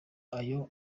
ayo